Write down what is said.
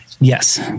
Yes